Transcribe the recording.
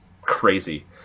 crazy